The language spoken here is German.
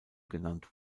genannt